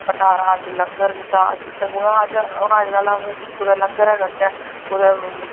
भण्डार अज लंगर कीता जित्थैं हून अज कल अस कुदै लंगर गै करचै कुदै